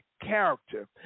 character